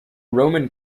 roman